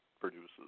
produces